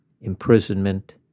imprisonment